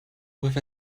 with